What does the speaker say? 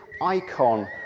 icon